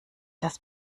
das